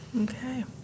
Okay